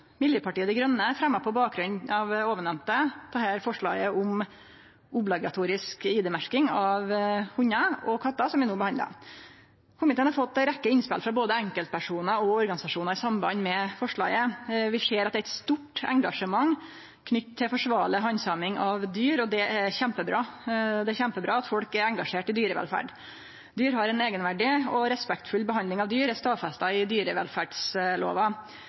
Miljøpartiet Dei Grøne fremja på bakgrunn av det det nemnde forslaget om obligatorisk ID-merking av hundar og kattar, som vi no behandlar. Komiteen har fått ei rekkje innspel frå både enkeltpersonar og organisasjonar i samband med forslaget. Vi ser at det er eit stort engasjement knytt til forsvarleg handsaming av dyr, og det er kjempebra. Det er kjempebra at folk er engasjerte i dyrevelferd. Dyr har ein eigenverdi, og respektfull behandling av dyr er stadfesta i dyrevelferdslova.